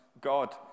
God